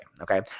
Okay